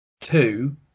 Two